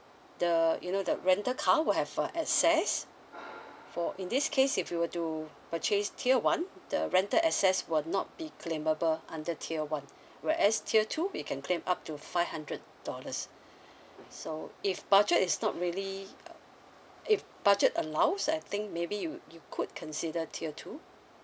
the you know the rental car will have a access for in this case if you were to purchase tier one the rented access will not be claimable under tier one whereas tier two you can claim up to five hundred dollars so if budget is not really uh if budget allows I think maybe you you could consider tier two